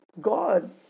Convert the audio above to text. God